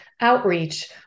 outreach